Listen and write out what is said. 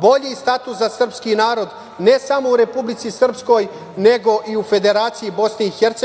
bolji status za srpski narod, ne samom u Republici Srpskoj, nego i u Federaciji BiH,